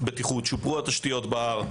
שופרו התשתיות בהר,